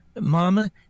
Mama